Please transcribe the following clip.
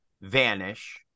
vanish